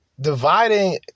Dividing